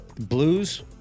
Blues